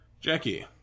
Jackie